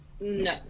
No